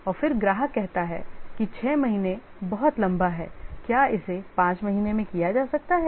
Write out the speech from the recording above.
और फिर ग्राहक कहता है कि 6 महीने बहुत लंबा है क्या इसे 5 महीने में किया जा सकता है